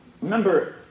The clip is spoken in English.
Remember